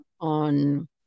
on